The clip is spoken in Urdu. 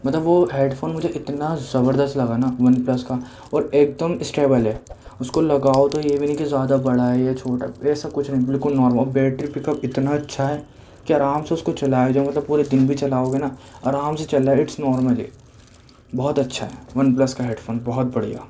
مطلب وہ ہیڈ فون مجھے اتنا زبردست لگا نا وَن پلس کا اور ایک دم اسٹیبل ہے اُس کو لگاؤ تو یہ بھی نہیں کہ زیادہ بڑا ہے یا چھوٹا ہے ایسا کچھ نہیں بالکل نارمل اور بیٹری پِک اپ اتنا اچھا ہے کہ آرام سے اُس کو چلایا جائے مطلب پورے دِن بھی چلاؤ گے نا آرام سے چلے اِٹس نارملی بہت اچھا ہے وَن پلس کا ہیڈ فون بہت بڑھیا